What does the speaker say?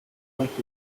post